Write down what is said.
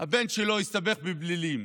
הבן שלו הסתבך בפלילים